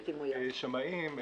שמאים,